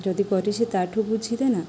ଯଦି କରି ସେ ତାଠୁ ବୁଝି ଦେନା